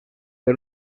per